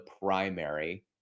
primary